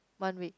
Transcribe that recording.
one week